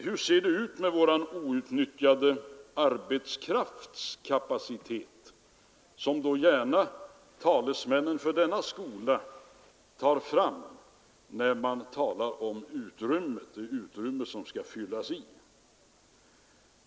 Hur förhåller det sig med den outnyttjade arbetskraftskapacitet som talesmännen för denna skola gärna tar fram när de talar om ett utrymme som skall fyllas ut?